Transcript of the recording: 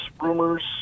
rumors